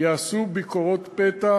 יעשו ביקורות פתע